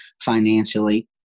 financially